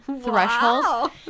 threshold